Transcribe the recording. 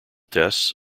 tests